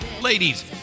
Ladies